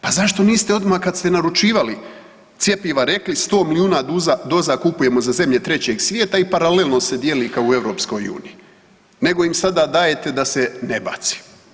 Pa zašto niste odmah kad ste naručivali cjepiva sto milijuna doza kupujemo za zemlje trećeg svijeta i paralelno se dijeli kao u EU, nego im sada dajete da se ne baci.